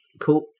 cool